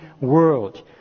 world